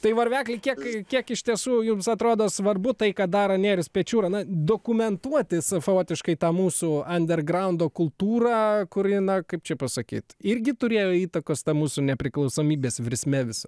tai varvekli kiek kiek iš tiesų jums atrodo svarbu tai ką daro nėrius pečiūra na dokumentuoti savotiškai tą mūsų andergraundo kultūrą kuri na kaip čia pasakyt irgi turėjo įtakos tam mūsų nepriklausomybės virsme visa